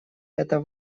это